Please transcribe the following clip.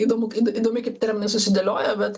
įdomu kaip įdomi kaip terminai susidėlioja bet